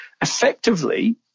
effectively